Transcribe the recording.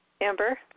Amber